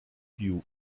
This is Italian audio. più